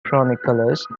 chroniclers